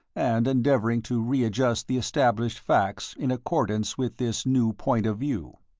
and endeavouring to re-adjust the established facts in accordance with this new point of view.